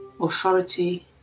authority